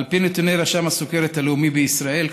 על פי נתוני רשם הסוכרת הלאומי בישראל,